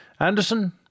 Anderson